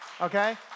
okay